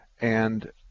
and